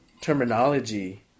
terminology